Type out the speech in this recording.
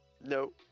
No